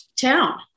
town